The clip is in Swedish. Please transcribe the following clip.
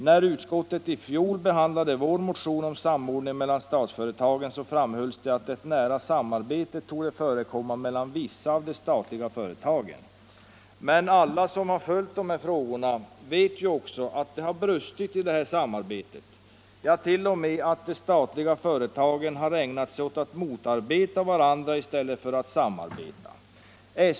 När utskottet i fjol behandlade vår motion om samordning mellan statsföretagen framhölls att ett nära samarbete torde förekomma mellan vissa av de statliga företagen. Alla som har följt med dessa frågor vet emellertid att det har brustit i detta samarbete — ja, att de statliga företagen har ägnat sig åt att motarbeta varandra i stället för att samarbeta.